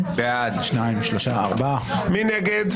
מי נגד?